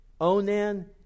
Onan